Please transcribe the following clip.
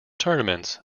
tournaments